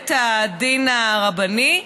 בבית הדין הרבני,